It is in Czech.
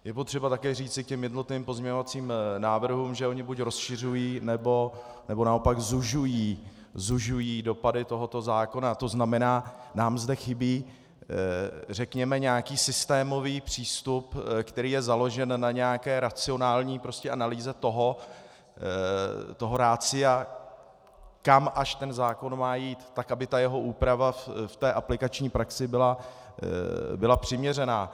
Je potřeba také říci k jednotlivým pozměňovacím návrhům, že ony buď rozšiřují, nebo naopak zužují dopady tohoto zákona, to znamená, nám zde chybí řekněme nějaký systémový přístup, který je založen na nějaké racionální prostě analýze toho ratia, kam až ten zákon má jít, tak aby jeho úprava v té aplikační praxi byla přiměřená.